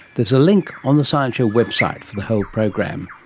there's a link on the science show website for the whole program.